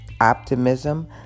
optimism